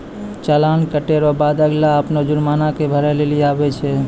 चालान कटे रो बाद अगला अपनो जुर्माना के भरै लेली आवै छै